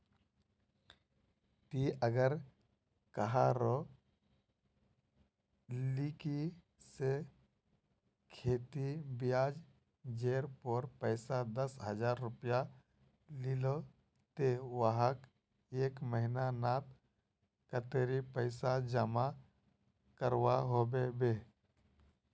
ती अगर कहारो लिकी से खेती ब्याज जेर पोर पैसा दस हजार रुपया लिलो ते वाहक एक महीना नात कतेरी पैसा जमा करवा होबे बे?